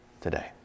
today